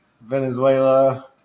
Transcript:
Venezuela